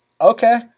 okay